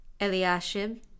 Eliashib